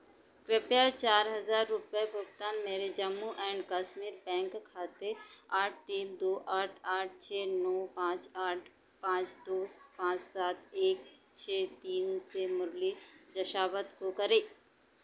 कृपया चार हज़ार रुपये भुगतान मेरे जम्मू एंड कश्मीर बैंक खाते आठ तीन दो आठ आठ छः नौ पाँच आठ पाँच दो पाँच सात एक छः तीन से मुरली जशावत को करें